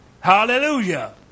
Hallelujah